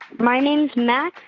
my name's mac.